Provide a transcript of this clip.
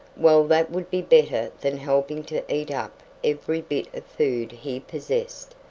well that would be better than helping to eat up every bit of food he possessed.